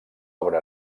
obra